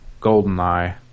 GoldenEye